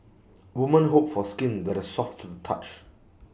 woman hope for skin that is soft to the touch